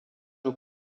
aux